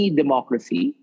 democracy